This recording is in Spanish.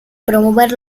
promover